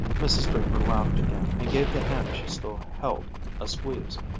mrs. draper laughed again and gave the hand she still held a squeeze.